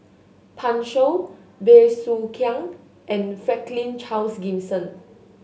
Pan Shou Bey Soo Khiang and Franklin Charles Gimson